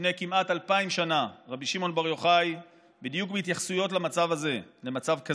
לפני כמעט אלפיים שנה רבי שמעון בר יוחאי בדיוק בהתייחסויות למצב כזה: